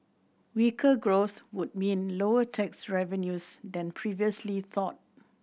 weaker growth would mean lower tax revenues than previously thought